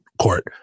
court